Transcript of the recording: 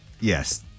Yes